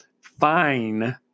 fine